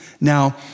Now